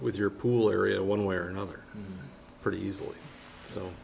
with your pool area one way or another pretty easily so